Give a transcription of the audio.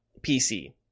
PC